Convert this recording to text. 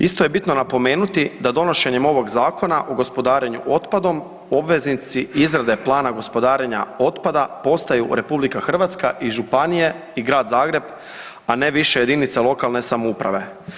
Isto je bitno napomenuti da donošenjem ovog Zakona o gospodarenju otpadom, obveznici izrade Plana gospodarenja otpada postaju RH i županije i Grad Zagreb, a ne više jedinice lokalne samouprave.